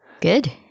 Good